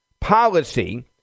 policy